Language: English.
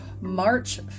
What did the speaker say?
March